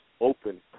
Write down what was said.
open